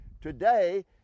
today